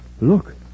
Look